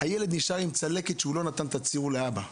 הילד נשאר עם צלקת שהוא לא נתן את הציור לאבא.